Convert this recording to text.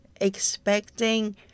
expecting